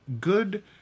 good